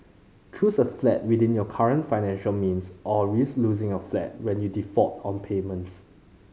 choose a flat within your current financial means or risk losing your flat when you default on payments